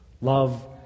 love